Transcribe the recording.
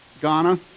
Ghana